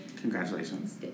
Congratulations